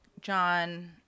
John